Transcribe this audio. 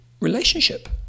relationship